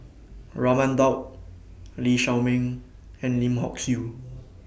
Raman Daud Lee Shao Meng and Lim Hock Siew